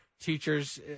teachers